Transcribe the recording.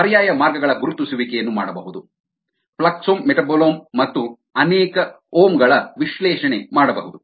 ಪರ್ಯಾಯ ಮಾರ್ಗಗಳ ಗುರುತಿಸುವಿಕೆಯನ್ನು ಮಾಡಬಹುದು ಫ್ಲಕ್ಸೋಮ್ ಮೆಟಾಬಾಲೋಮ್ ಮತ್ತು ಅನೇಕ ಓಮ್ ಗಳ ವಿಶ್ಲೇಷಣೆ ಮಾಡಬಹುದು